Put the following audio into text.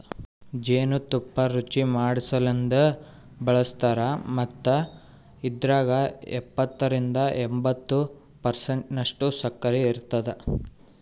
ಜೇನು ತುಪ್ಪ ರುಚಿಮಾಡಸಲೆಂದ್ ಬಳಸ್ತಾರ್ ಮತ್ತ ಇದ್ರಾಗ ಎಪ್ಪತ್ತರಿಂದ ಎಂಬತ್ತು ಪರ್ಸೆಂಟನಷ್ಟು ಸಕ್ಕರಿ ಇರ್ತುದ